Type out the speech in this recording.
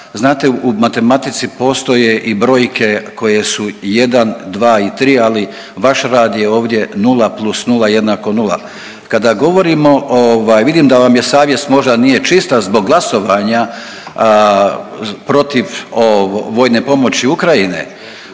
Znate u matematici postoje i brojke koje su 1, 2 i 3, ali vaš rad je ovdje 0+0=0. Kada govorimo ovaj, vidim da vam je savjest možda nije čista zbog glasovanja protiv vojne pomoći Ukrajine.